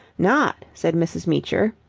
not, said mrs. meecher,